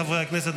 חברי הכנסת,